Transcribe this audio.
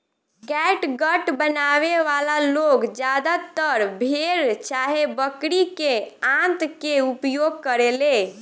catgut बनावे वाला लोग ज्यादातर भेड़ चाहे बकरी के आंत के उपयोग करेले